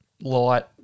light